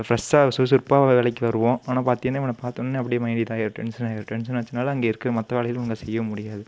ஃப்ரெஷ்ஷாக சுறுசுறுப்பாக வேலைக்கு வருவோம் ஆனால் பார்த்தீங்கன்னா இவனை பார்த்த உடனே அப்படியே மைண்ட் இதாகிரும் டென்ஷன் ஆகிரும் டென்ஷன் ஆச்சுனால அங்கே இருக்கிற மற்ற வேலைகளும் ஒழுங்காக செய்ய முடியாது